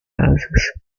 asas